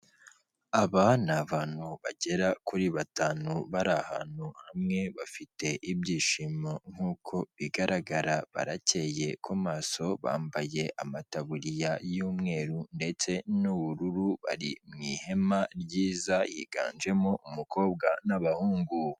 Aba abantu bagera kuri batanu bari ahantu hamwe, bafite ibyishimo nk'uko bigaragara, barakeye ko maso, bambaye amatabuririya y'umweru ndetse n'ubururu, bari mu ihema ryiza, higanjemo umukobwa n'abahungu.